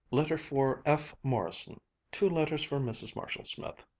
letter for f. morrison two letters for mrs. marshall-smith.